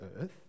earth